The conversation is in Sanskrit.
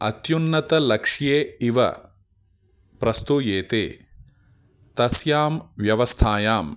अत्युन्नतलक्ष्ये इव प्रस्तूयन्ते तस्यां व्यवस्थायाम्